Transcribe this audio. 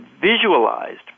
visualized